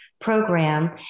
program